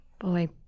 Boy